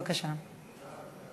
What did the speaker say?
ההצעה להעביר